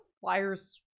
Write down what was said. Flyers